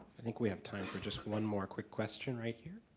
i think we have time for just one more quick question right here.